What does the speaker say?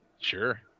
Sure